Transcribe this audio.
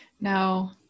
No